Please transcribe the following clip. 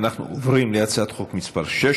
אנחנו עוברים להצעת חוק מס' 6,